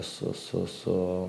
su su su